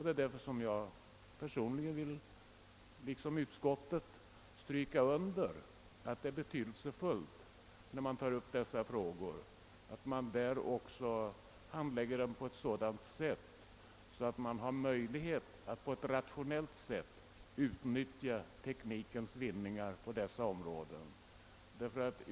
Det är därför som jag personligen liksom utskottet vill stryka under att det är betydelsefullt att man, när man behandlar dessa frågor, också handlägger dem på ett sådant sätt att det blir möjligt att rationellt utnyttja teknikens vinningar på dessa områden.